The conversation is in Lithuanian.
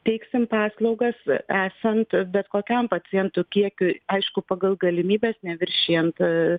teiksim paslaugas esant bet kokiam pacientų kiekiui aišku pagal galimybes neviršijant